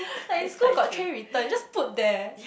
like in school got tray return just put there